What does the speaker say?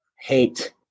hate